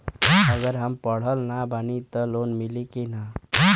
अगर हम पढ़ल ना बानी त लोन मिली कि ना?